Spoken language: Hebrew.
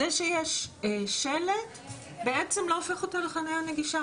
זה שיש שלט לא הופך אותה לחניה נגישה.